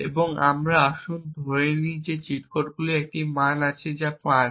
এবং আসুন আমরা ধরে নিই যে চিট কোডটির একটি মান আছে 5